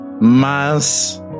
mass